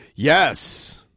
Yes